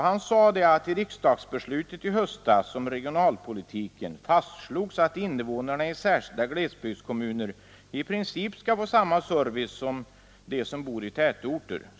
Han sade: ”I riksdagsbeslutet i höstas om regionalpolitiken fastslogs att invånarna i särskilda glesbygdskommuner i princip skall få samma service som de som bor i tätorter.